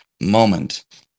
moment